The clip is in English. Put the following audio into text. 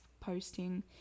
posting